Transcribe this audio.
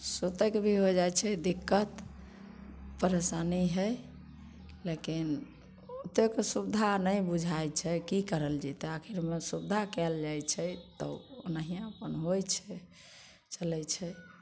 सुतैके भी हो जाइत छै दिक्कत परेशानी है लेकिन ओतेक सुबिधा नहि बुझाइत छै की करल जेतै आखिरमे सुबिधा कएल जाइत छै तऽ ओनाहिये अपन होइत छै चलैत छै